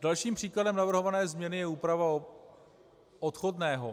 Dalším příkladem navrhované změny je úprava odchodného.